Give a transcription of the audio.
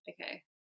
okay